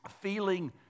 feeling